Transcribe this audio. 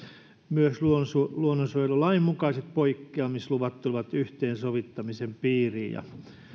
myös luonnonsuojelulain mukaiset poikkeamisluvat tulevat yhteensovittamisen piiriin ja